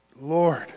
Lord